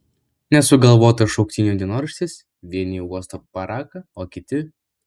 nesugalvotas šauktinio dienoraštis vieni uosto paraką o kiti